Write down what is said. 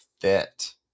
fit